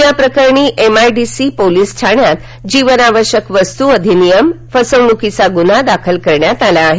याप्रकरणी MIDC police ठाण्यात जीवनावश्यक वस्तु अधिनियम फसवणूकीचा गुन्हा दाखल करण्यात आला आहे